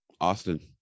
Austin